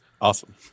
Awesome